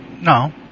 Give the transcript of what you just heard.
No